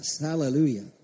Hallelujah